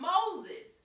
Moses